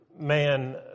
man